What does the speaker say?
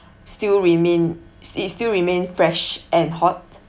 still remain it still remain fresh and hot